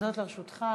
עומדות לרשותך